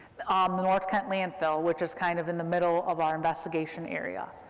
um the north kent landfill, which is kind of in the middle of our investigation area,